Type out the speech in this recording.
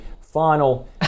final